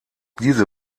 diese